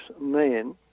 men